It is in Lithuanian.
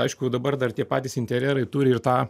aišku dabar dar tie patys interjerai turi ir tą